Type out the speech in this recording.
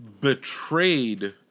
betrayed